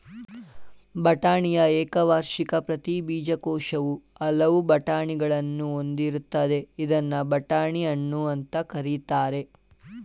ಬಟಾಣಿಯ ಏಕವಾರ್ಷಿಕ ಪ್ರತಿ ಬೀಜಕೋಶವು ಹಲವು ಬಟಾಣಿಗಳನ್ನು ಹೊಂದಿರ್ತದೆ ಇದ್ನ ಬಟಾಣಿ ಹಣ್ಣು ಅಂತ ಕರೀತಾರೆ